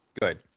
Good